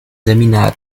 seminar